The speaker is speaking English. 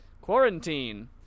Quarantine